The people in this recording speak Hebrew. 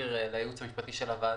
שנעביר לייעוץ המשפטי של הוועדה,